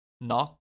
Knock